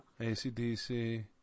ACDC